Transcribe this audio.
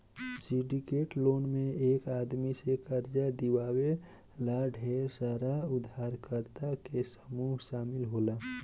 syndicate loan में एक आदमी के कर्जा दिवावे ला ढेर सारा उधारकर्ता के समूह शामिल रहेला